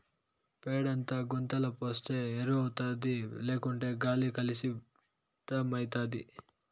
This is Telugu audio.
పేడంతా గుంతల పోస్తే ఎరువౌతాది లేకుంటే గాలి కలుసితమైతాది